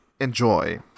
enjoy